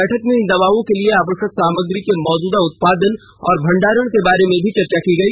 बैठक में इन दवाओं के लिए आवश्यक सामग्री के मौजूदा उत्पादन और भंडार के बारे में भी चर्चा की गई